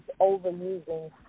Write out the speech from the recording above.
overusing